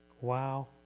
wow